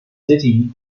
duty